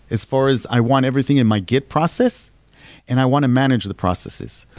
as far as i want everything in my git process and i want to manage the processes.